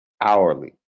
hourly